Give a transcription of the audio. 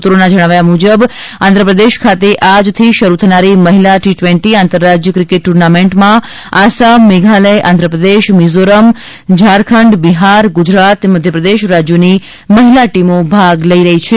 સૂત્રો ના જણાવ્યા આંધ્ર પ્રદેશ ખાતે આજથી શરૂ થનારી મહિલા ટી ટ્વેન્ટી આંતર રાજ્ય ક્રિકેટ ટુર્નામેન્ટમાં આસામમેઘાલય આંધ્ર પ્રદેશ મિઝોરમ ઝારખંડ બિહાર ગુજરાત મધ્યપ્રદેશ રાજ્યોની મહિલા ટીમો ભાગ લઈ રહી છે